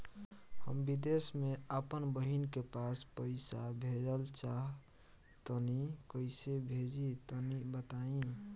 हम विदेस मे आपन बहिन के पास पईसा भेजल चाहऽ तनि कईसे भेजि तनि बताई?